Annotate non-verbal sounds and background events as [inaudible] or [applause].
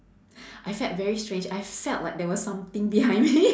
I felt very strange I felt like there was something behind me [laughs]